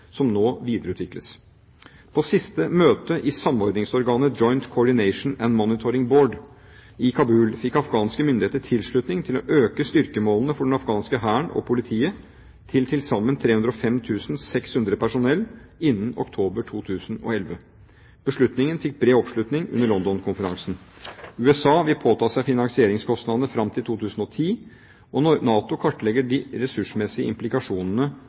som nå videreutvikles. På siste møte i samordningsorganet «Joint Coordination and Monitoring Board» i Kabul fikk afghanske myndigheter tilslutning til å øke styrkemålene for den afghanske hæren og politiet til til sammen 305 600 personell innen oktober 2011. Beslutningen fikk bred oppslutning under London-konferansen. USA vil påta seg finansieringskostnadene fram til og med 2010, og NATO kartlegger de ressursmessige implikasjonene